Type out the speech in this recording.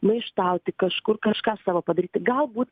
maištauti kažkur kažką savo padaryti galbūt